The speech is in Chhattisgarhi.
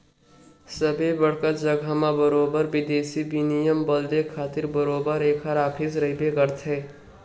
सबे बड़का जघा मन म बरोबर बिदेसी बिनिमय बदले खातिर बरोबर ऐखर ऑफिस रहिबे करथे